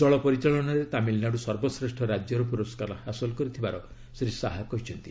ଜଳ ପରିଚାଳନାରେ ତାମିଲନାଡୁ ସର୍ବଶ୍ରେଷ୍ଠ ରାଜ୍ୟର ପୁରସ୍କାର ହାସଲ କରିଥିବାର ଶ୍ରୀ ଶାହା କହିଛନ୍ତି